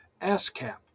ASCAP